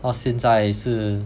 到现在是